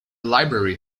library